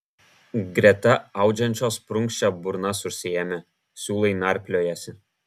greta audžiančios prunkščia burnas užsiėmę siūlai narpliojasi